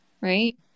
Right